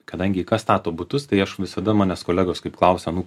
kadangi kas stato butus tai aš visada manęs kolegos kaip klausia nu